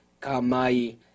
Kamai